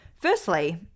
Firstly